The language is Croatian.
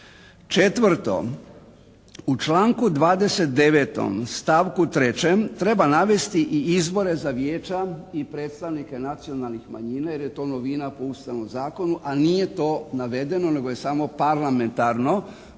Četvrto, u članku 29. stavku 3. treba navesti i izbore za vijeća i predstavnike nacionalnih manjina jer je to novina po Ustavnom zakonu a nije to navedeno nego je samo parlamentarno.